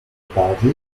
party